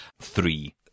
Three